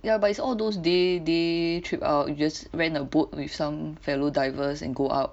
ya but it's all those day day trip err just rent a boat with some fellow divers and go out